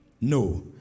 No